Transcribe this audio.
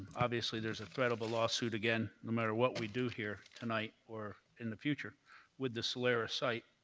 obviously, there's a credible lawsuit again no matter what we do here tonight or in the future with the solara site,